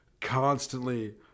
constantly